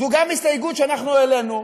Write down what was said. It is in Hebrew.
זו גם הסתייגות שאנחנו העלינו.